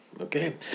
Okay